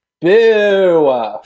Boo